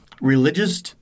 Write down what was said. Religious